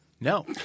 No